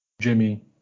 Jimmy